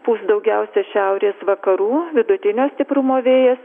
pūs daugiausia šiaurės vakarų vidutinio stiprumo vėjas